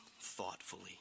thoughtfully